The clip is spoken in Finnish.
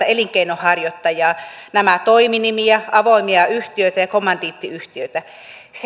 elinkeinonharjoittajaa nämä ovat toiminimiä avoimia yhtiöitä ja kommandiittiyhtiöitä